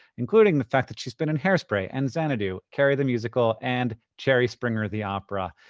including the fact that she's been in hairspray and xanadu, carrie the musical, and jerry springer the opera.